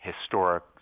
historic